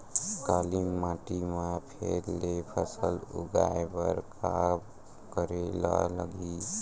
काली माटी म फेर ले फसल उगाए बर का करेला लगही?